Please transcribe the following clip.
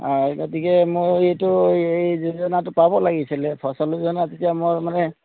অঁ এই গতিকে মোৰ এইটো এই যোজনাটো পাব লাগিছিলে ফচল যোজনা তেতিয়া মোৰ মানে